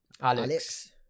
Alex